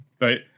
Right